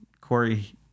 Corey